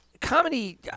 comedy